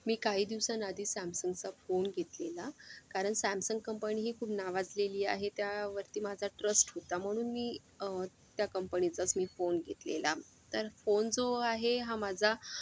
मी काही दिवसांआधी सॅमसंगचा फोन घेतलेला कारण सॅमसंग कंपनी ही खूप नावाजलेली आहे त्यावरती माझा ट्रस्ट होता म्हणून मी त्या कंपनीचाच मी फोन घेतलेला तर फोन जो आहे हा माझा